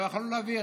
לא יכולנו להעביר.